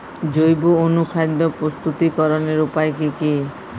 জৈব অনুখাদ্য প্রস্তুতিকরনের উপায় কী কী?